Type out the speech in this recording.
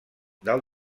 del